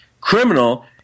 criminal